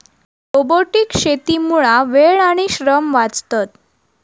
robotic शेतीमुळा वेळ आणि श्रम वाचतत